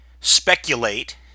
speculate